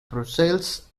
brussels